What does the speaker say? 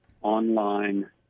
online